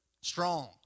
strong